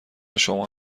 شما